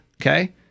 Okay